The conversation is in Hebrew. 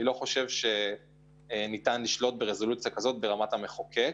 אני לא חושב שניתן לשלוט ברזולוציה כזאת ברמת המחוקק.